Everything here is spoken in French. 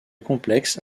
complexe